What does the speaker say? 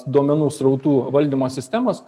duomenų srautų valdymo sistemos